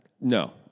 No